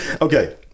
Okay